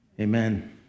Amen